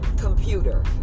computer